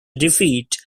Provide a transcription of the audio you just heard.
defeat